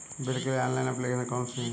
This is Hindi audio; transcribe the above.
बिल के लिए ऑनलाइन एप्लीकेशन कौन कौन सी हैं?